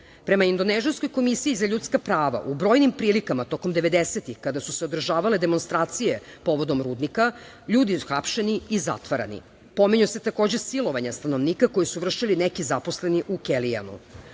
veka. Prema indonežanskoj Komisiji za ljudska prava u brojnim prilikama tokom devedesetih kada su se održavale demonstracije povodom rudnika ljudi su hapšeni i zatvarani. Pominju se takođe silovanja stanovnika koja su vršili zaposleni u „Kelijama“.